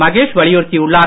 மகேஷ் வலியுறுத்தியுள்ளார்